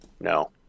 No